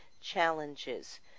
challenges